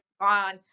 on